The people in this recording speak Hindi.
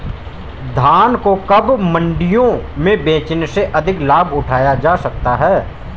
धान को कब मंडियों में बेचने से अधिक लाभ उठाया जा सकता है?